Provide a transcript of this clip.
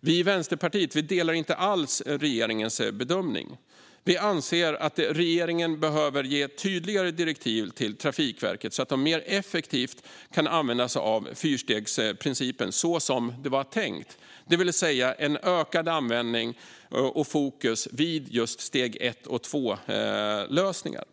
Vi i Vänsterpartiet delar inte alls regeringens bedömning. Vi anser att regeringen behöver ge tydligare direktiv till Trafikverket så att de mer effektivt kan använda sig av fyrstegsprincipen så som det var tänkt, det vill säga en ökad användning av och fokus på just steg 1 och steg 2-lösningar.